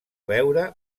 veure